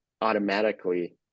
automatically